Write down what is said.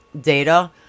data